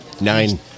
nine